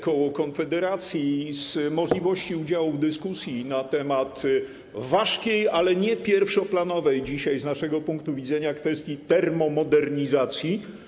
Koło Konfederacji rezygnuje z możliwości udziału w dyskusji na temat ważkiej, ale nie pierwszoplanowej dzisiaj z naszego punktu widzenia kwestii termomodernizacji.